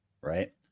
right